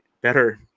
better